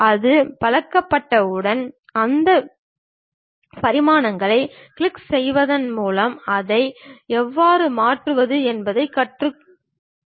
நாம் பழக்கப்படுத்தப்பட்டவுடன் அந்த பரிமாணங்களை கிளிக் செய்வதன் மூலம் அதை எவ்வாறு மாற்றுவது என்பதைக் கற்றுக்கொள்வோம்